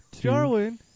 Darwin